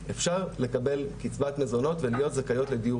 אפשר לקבל קצבת מזונות ולהיות זכאיות לדיור